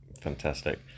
fantastic